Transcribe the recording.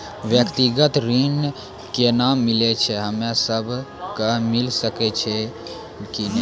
व्यक्तिगत ऋण केना मिलै छै, हम्मे सब कऽ मिल सकै छै कि नै?